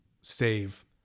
save